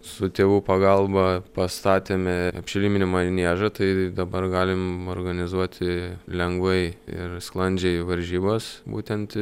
su tėvų pagalba pastatėme apšiliminį maniežą tai dabar galim organizuoti lengvai ir sklandžiai varžybas būtent